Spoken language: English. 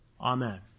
Amen